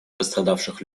пострадавших